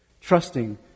trusting